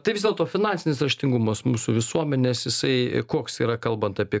tai vis dėlto finansinis raštingumas mūsų visuomenės jisai koks yra kalbant apie